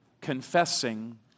confessing